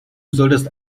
solltest